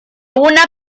una